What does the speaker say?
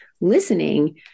listening